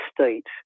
state